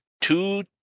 two